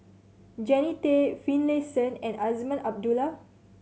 Jannie Tay Finlayson and Azman Abdullah